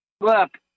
look